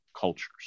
cultures